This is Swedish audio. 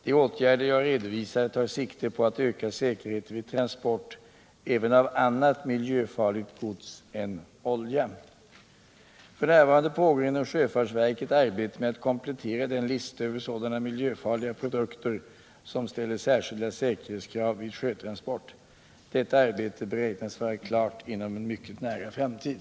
De åtgärder jag redovisade tar sikte på att öka säkerheten vid transport även av annat miljöfarligt gods än olja. F.n. pågår inom sjöfartsverket arbete med att komplettera den lista över sådana miljöfarliga produkter som ställer särskilda säkerhetskrav vid sjötransport. Detta arbete beräknas vara klart inom en mycket nära framtid.